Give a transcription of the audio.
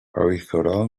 avizorado